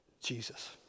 Jesus